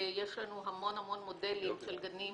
ויש לנו המון מודלים שונים של גנים